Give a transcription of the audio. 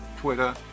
Twitter